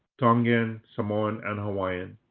tongian, samoan, and hawaiian.